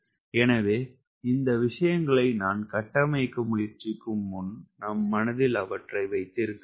எனவே இந்த விஷயங்களை நாம் கட்டமைக்க முயற்சிக்கும் முன் நம் மனதில் அவற்றை வைத்திருக்க வேண்டும்